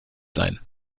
sein